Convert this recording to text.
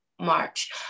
March